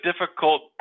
difficult